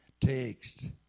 text